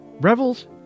Revels